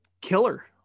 killer